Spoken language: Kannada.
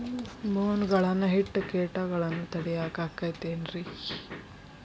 ಬೋನ್ ಗಳನ್ನ ಇಟ್ಟ ಕೇಟಗಳನ್ನು ತಡಿಯಾಕ್ ಆಕ್ಕೇತೇನ್ರಿ?